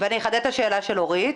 ואני אחדד את השאלה של אורית.